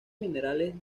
minerales